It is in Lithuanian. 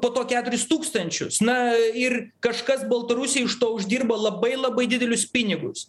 po to keturis tūkstančius na ir kažkas baltarusijoj iš to uždirba labai labai didelius pinigus